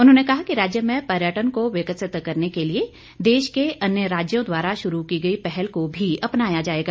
उन्होंने कहा कि राज्य में पर्यटन को विकसित करने के लिए देश के अन्य राज्यों द्वारा शुरू की गई पहल को भी अपनाया जाएगा